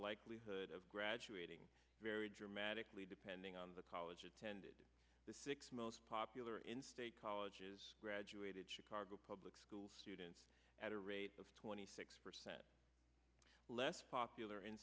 likelihood of graduating vary dramatically depending on the college attended the six most popular in state colleges graduated chicago public school students at a rate of twenty six percent less popular in